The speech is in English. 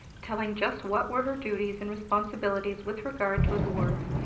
telling just what were her duties and responsibilities with regard to his wards,